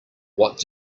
what